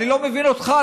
אני לא מבין אותך,